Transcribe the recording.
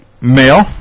Male